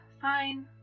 Fine